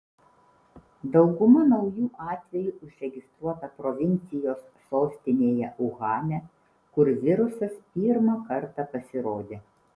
dauguma naujų atvejų užregistruota provincijos sostinėje uhane kur virusas pirmą kartą pasirodė